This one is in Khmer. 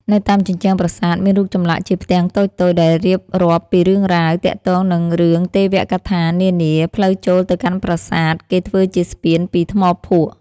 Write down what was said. នៅតាមជញ្ជាំងប្រាសាទ មានរូបចម្លាក់ជាផ្ទាំងតូចៗដែលរៀបរាប់ពីរឿងរ៉ាវ ទាក់ទងនឹងរឿងទេវកថានានា ផ្លូវចូលទៅកាន់ប្រាសាទ គេធ្វើជាស្ពានពីថ្មភក់ ។